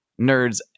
nerds